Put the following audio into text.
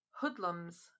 hoodlums